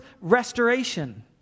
restoration